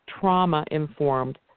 trauma-informed